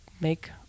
make